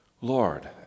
Lord